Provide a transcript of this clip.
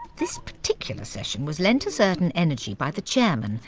this particular session was leant a certain energy by the chairman,